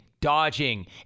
dodging